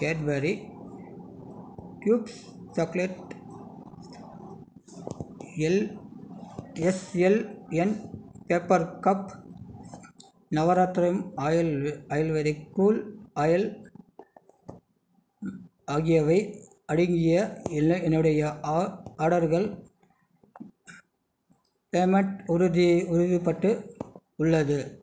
Cadbury cubes chocolate L S L N paper cup நவரத்னம் oil ayurvedic cool oil ஆகியவை அடங்கிய இல்லை என்னுடைய ஆர்டர்கள் பேமெண்ட் உறுதி உறுதிப்பட்டு உள்ளது